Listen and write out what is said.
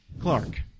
Clark